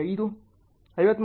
5 53